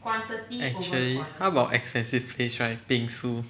actually how about expensive place right bingsu